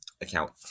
account